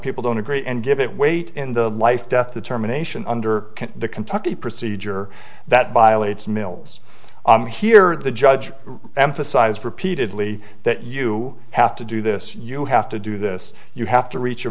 people don't agree and give it weight in the life death the terminations under the kentucky procedure that violates mills on here the judge emphasized repeatedly that you have to do this you have to do this you have to reach a